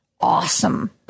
awesome